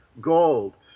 gold